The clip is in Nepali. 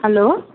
हेलो